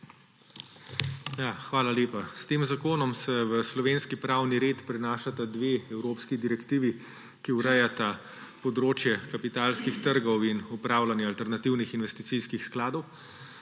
Hvala lepa. S tem zakonom se v slovenski pravni red prenašata dve evropski direktivi, ki urejata področje kapitalskih trgov in upravljanja alternativnih investicijskih skladov.